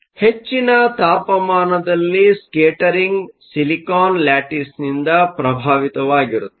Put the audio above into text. ಹೆಚ್ಚಿನ ತಾಪಮಾನದಲ್ಲಿ scattering silicon ಲ್ಯಾಟಿಸ್ನಿಂದ ಪ್ರಭಾವಿತವಾಗಿರುತ್ತದೆ